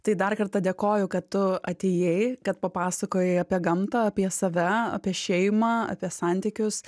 tai dar kartą dėkoju kad tu atėjai kad papasakojai apie gamtą apie save apie šeimą apie santykius